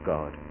God